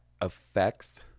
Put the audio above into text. affects